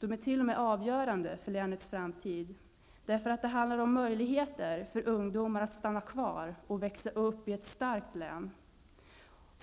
De är t.o.m. avgörande för länets framtid. Det handlar nämligen om möjligheter för ungdomar att stanna kvar och växa upp i ett starkt län.